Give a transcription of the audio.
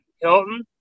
Hilton